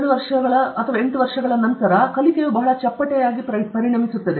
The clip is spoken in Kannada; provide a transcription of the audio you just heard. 6 ವರ್ಷಗಳ ನಂತರ 7 ವರ್ಷಗಳು 8 ವರ್ಷಗಳು ಕಲಿಕೆಯು ಬಹಳ ಚಪ್ಪಟೆಯಾಗಿ ಪರಿಣಮಿಸುತ್ತದೆ